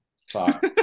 Fuck